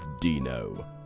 Dino